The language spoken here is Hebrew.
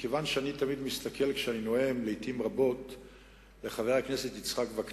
מכיוון שכשאני נואם אני תמיד מסתכל על חבר הכנסת וקנין,